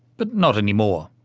but not anymore.